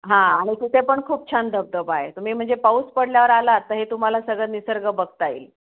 हां आणि तिथे पण खूप छान धबधबा आहे तुम्ही म्हणजे पाऊस पडल्यावर आलात तर हे तुम्हाला सगळं निसर्ग बघता येईल